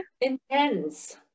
intense